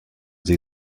sie